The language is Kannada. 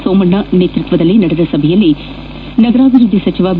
ಸೋಮಣ್ಣ ನೇತೃತ್ವದಲ್ಲಿ ನಡೆದ ಸಭೆಯಲ್ಲಿ ನಗರಾಭಿವೃದ್ದಿ ಸಚಿವ ಬಿ